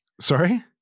Sorry